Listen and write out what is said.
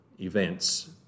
events